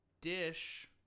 Dish